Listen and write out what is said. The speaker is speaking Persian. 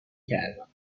کردم